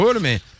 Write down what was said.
mais